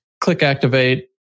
click-activate